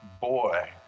boy